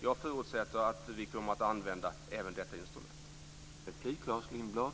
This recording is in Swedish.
Jag förutsätter att vi kommer att använda även detta instrument.